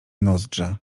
nozdrza